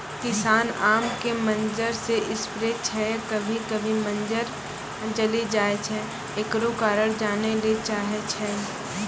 किसान आम के मंजर जे स्प्रे छैय कभी कभी मंजर जली जाय छैय, एकरो कारण जाने ली चाहेय छैय?